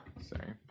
sorry